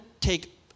take